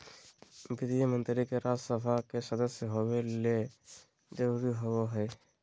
वित्त मंत्री के राज्य सभा के सदस्य होबे ल जरूरी होबो हइ